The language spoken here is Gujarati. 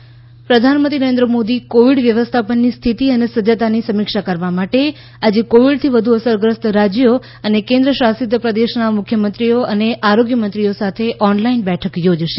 કોવિડ મીટીંગ પ્રધાનમંત્રી નરેન્દ્ર મોદી કોવીડ વ્યવસ્થાપનની સ્થિતિ અને સજ્જતાની સમીક્ષા કરવા માટે આજે કોવિડથી વધુ અસરગ્રસ્ત રાજ્યો અને કેન્દ્રશાસિત પ્રદેશના મુખ્યમંત્રીઓ અને આરોગ્ય મંત્રીઓ સાથે ઓનલાઈન બેઠક યોજશે